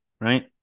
right